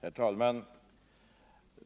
Herr talman!